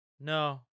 no